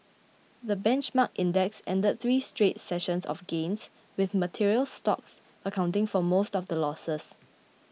the benchmark index ended three straight sessions of gains with materials stocks accounting for most of the losses